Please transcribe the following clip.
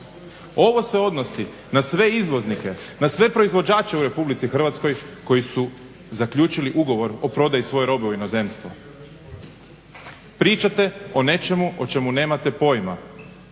Ovo se odnosi na sve izvoznike, na sve proizvođače u RH koji su zaključili ugovor o prodaji svoje robe u inozemstvo. Pričate o nečemu o čemu nemate pojma.